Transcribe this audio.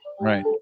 Right